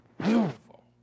beautiful